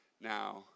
Now